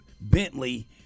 Bentley